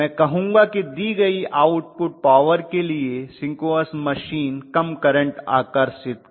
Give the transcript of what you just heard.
मैं कहूंगा कि दी गई आउटपुट पॉवर के लिए सिंक्रोनस मशीन कम करंट आकर्षित करेगी